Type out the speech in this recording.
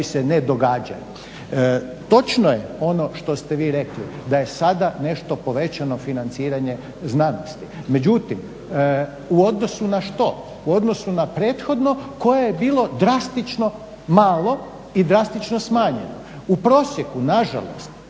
se ne događaju. Točno je ono što ste vi rekli da je sada nešto povećano financiranje znanosti. Međutim u odnosu na što, u odnosu na prethodno koje je bilo drastično malo i drastično smanjeno. U prosjeku nažalost